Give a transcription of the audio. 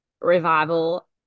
revival